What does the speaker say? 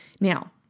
Now